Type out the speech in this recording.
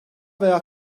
veya